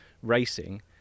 racing